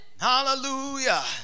hallelujah